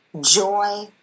joy